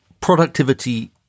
productivity